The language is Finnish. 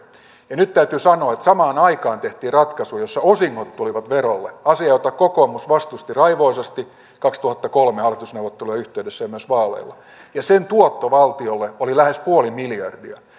ja nyt täytyy sanoa että samaan aikaan tehtiin ratkaisu jossa osingot tulivat verolle asia jota kokoomus vastusti raivoisasti kaksituhattakolme hallitusneuvottelujen yhteydessä ja myös vaaleissa ja sen tuotto valtiolle oli lähes puoli miljardia